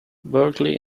berkeley